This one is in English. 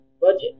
budget